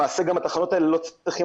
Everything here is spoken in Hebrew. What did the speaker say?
למעשה את התחנות האלה לא צריך.